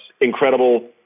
incredible